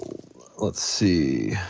let's see.